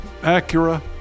Acura